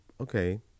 okay